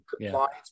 compliance